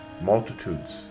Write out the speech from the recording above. multitudes